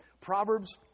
Proverbs